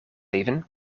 even